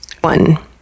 One